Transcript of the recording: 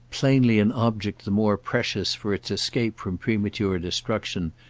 plainly an object the more precious for its escape from premature destruction,